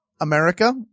America